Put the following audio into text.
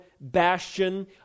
bastion